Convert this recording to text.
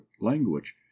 language